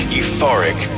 euphoric